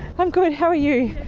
i'm good, how are you?